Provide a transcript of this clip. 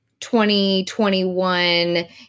2021